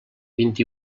vint